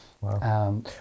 Wow